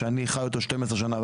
כשאני חי בעולם הזה 12 שנה.